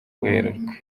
werurwe